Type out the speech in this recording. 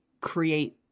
create